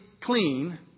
clean